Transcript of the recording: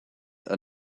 are